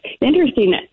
Interesting